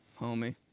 homie